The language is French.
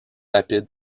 rapide